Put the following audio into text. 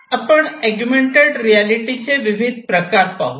आपण अगुमेन्टेड रियालिटीचे विविध प्रकार पाहू